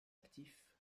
actif